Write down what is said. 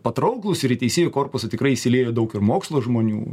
patrauklūs ir į teisėjų korpusą tikrai įsiliejo daug ir mokslo žmonių